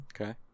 Okay